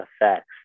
effects